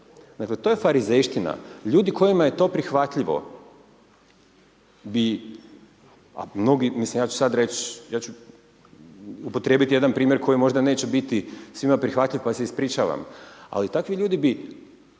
Dakle to je farizejština, ljudi kojima je to prihvatljivo bi, a mnogi, mislim ja ću sad reći, ja ću upotrijebiti jedan primjer koji možda neće biti svima prihvatljiv pa se ispričavam, ali takvi ljudi bi